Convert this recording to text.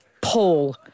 Paul